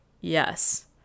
Yes